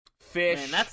Fish